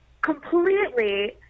completely